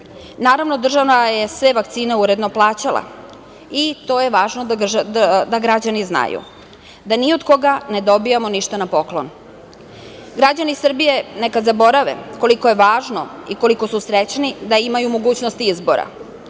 Naravno, država je sve vakcine uredno plaćala i to je važno da građani znaju, da ni od koga ne dobijamo ništa na poklon. Građani Srbije neka ne zaborave koliko je važno i koliko su srećni da imaju mogućnost izbora.